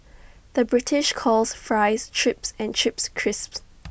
the British calls Fries Chips and Chips Crisps